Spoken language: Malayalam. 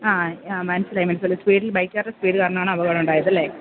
ആ മനസ്സിലായി മനസ്സിലായി സ്പീഡില് ബൈക്കുകാരുടെ സ്പീഡ് കാരണമാണ് അപകടം ഉണ്ടായത് അല്ലേ